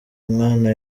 umwana